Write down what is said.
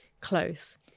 close